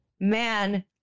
man